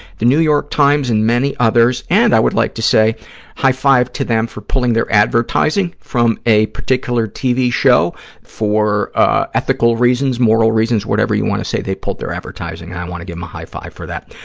the new york times and many others, and i would like to say high-five to them for pulling their advertising from a particular tv show for ah ethical reasons, moral reasons, whatever you want to say. they pulled their advertising and i want to give them a high-five for that.